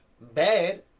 bad